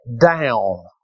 down